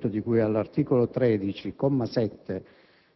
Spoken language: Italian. nelle more dell'emanazione del regolamento di cui all'articolo 13, comma 7,